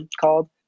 called